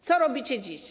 Co robicie dziś?